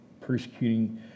persecuting